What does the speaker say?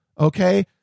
Okay